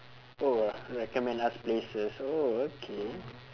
oh recommend us places oh okay